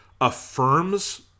affirms